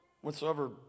whatsoever